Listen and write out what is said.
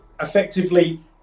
effectively